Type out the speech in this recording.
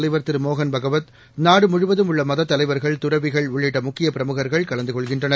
தலைவர் திரு மோகன் பாகவத் நாடுமுழுவதும் உள்ளமதத் தலைவர்கள் துறவிகள் உள்ளிட்டமுக்கியப் பிரமுகர்கள் கலந்துகொள்கின்றனர்